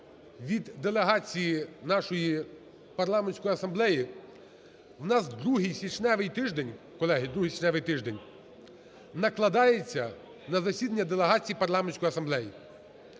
від делегації нашої Парламентської асамблеї, у нас другий січневий тиждень, колеги, другий січневий тиждень накладається на засідання делегації Парламентської асамблеї.